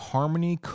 Harmony